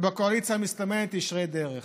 בכנסת ובקואליציה המסתמנת, ישרי דרך.